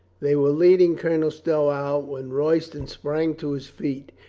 they were leading colonel stow out when roy ston sprang to his feet.